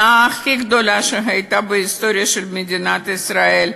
ההונאה הכי גדולה שהייתה בהיסטוריה של מדינת ישראל.